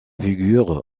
figure